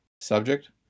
subject